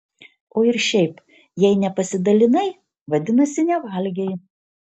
o ir šiaip jei nepasidalinai vadinasi nevalgei